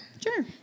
sure